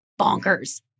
bonkers